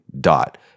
dot